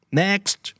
next